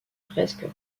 fresque